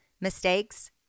mistakes